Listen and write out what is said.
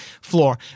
floor